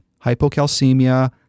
hypocalcemia